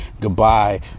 Goodbye